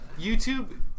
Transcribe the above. YouTube